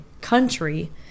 country